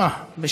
אשיב במקומה.